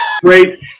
Great